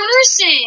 person